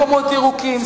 מקומות ירוקים,